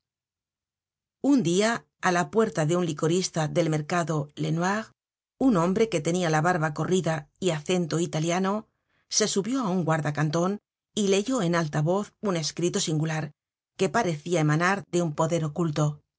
un dia á la puerta de un licorista del mercado lenoir un hombre que tenia la barba corrida y acento italiano se subió á un guarda canton y leyó en alta voz un escrito singular que parecia emanar de un poder oculto